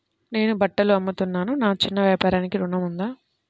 నేను బట్టలు అమ్ముతున్నాను, నా చిన్న వ్యాపారానికి ఋణం ఉందా?